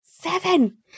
seven